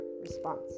response